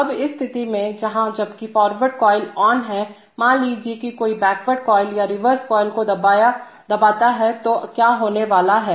अब इस स्थिति में जहां जबकि फॉरवर्ड कॉइल ऑन है मान लीजिए कि कोई बैकवर्ड कॉइल या रिवर्स कॉइल को दबाता है तो क्या होने वाला है